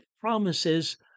promises